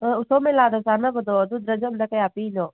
ꯎꯁꯣꯞ ꯃꯦꯂꯥꯗ ꯆꯥꯅꯕꯗꯣ ꯑꯗꯨ ꯗꯔꯖꯟꯗ ꯀꯌꯥ ꯄꯤꯔꯤꯅꯣ